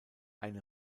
eine